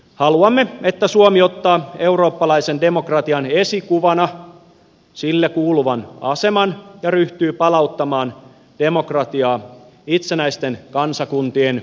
haluamme että suomi ottaa eurooppalaisen demokratian esikuvana sille kuuluvan aseman ja ryhtyy palauttamaan demokratiaa itsenäisten kansakuntien euroopan unioniin